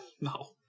no